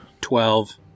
Twelve